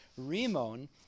rimon